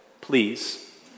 Please